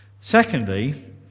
Secondly